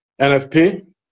NFP